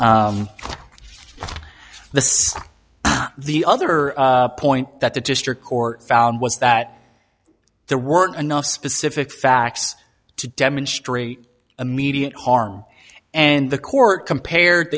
six the other point that the district court found was that there weren't enough specific facts to demonstrate immediate harm and the court compared